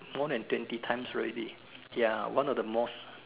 more than twenty times already ya one of the most